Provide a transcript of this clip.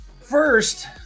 First